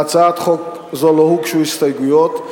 להצעת חוק זו לא הוגשו הסתייגויות.